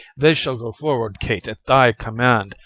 they shall go forward, kate, at thy command.